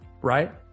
right